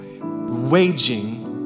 waging